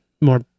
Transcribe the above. more